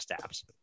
apps